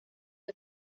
que